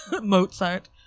mozart